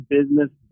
Business